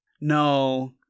No